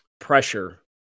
pressure